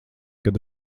kad